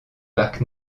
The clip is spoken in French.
parc